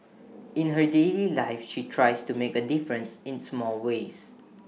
in her daily life she tries to make A difference in small ways